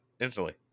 instantly